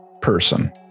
person